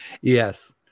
Yes